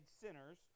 sinners